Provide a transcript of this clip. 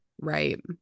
Right